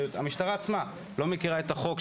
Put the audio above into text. והמשטרה עצמה לא מכירה את החוק,